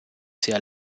sehr